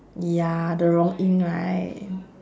ya the rong yin right